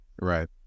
Right